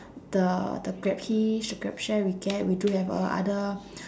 the the grab hitch the grab share we get we do have uh other